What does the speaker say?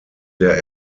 der